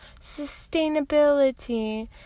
sustainability